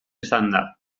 esanda